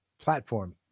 platform